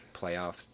playoff